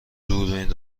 دوربینم